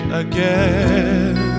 again